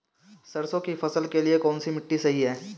सरसों की फसल के लिए कौनसी मिट्टी सही हैं?